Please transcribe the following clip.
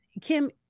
Kim